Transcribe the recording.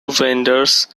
vendors